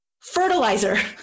fertilizer